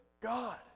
God